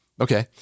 okay